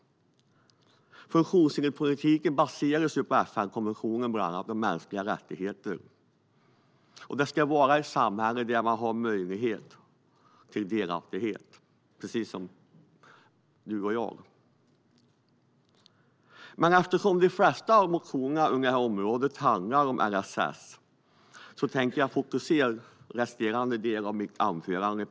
Funktionshinderspolitiken baseras bland annat på FN-konventionen och på mänskliga rättigheter. Vi ska ha ett samhälle där alla har möjlighet till delaktighet, precis som vi här i kammaren har. Herr talman! Eftersom de flesta motionerna handlar om LSS tänker jag fokusera på det i resterande del av mitt anförande.